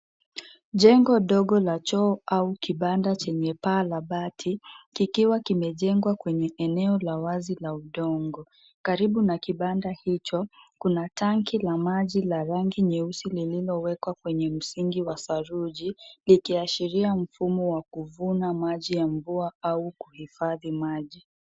Jengo dogo la choo au kibanda chenye paa la bati kikiwa kimejengwa kwenye eneo la wazi la udongo. Karibu na kibanda hicho kuna tangi la maji la rangi nyeusi lililowekwa kwenye msingi wa saruji likiashiria mfumo wa kuvuna maji ya mvua au kuhifadhi maji.